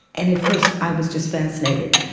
and at first i was just fascinated,